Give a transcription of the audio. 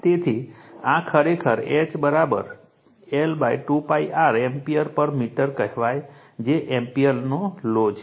તેથી આ ખરેખર H I 2 π r એમ્પીયર પર મીટર કહેવાય છે જે એમ્પીયર લૉ છે